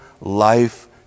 life